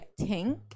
Tink